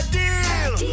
deal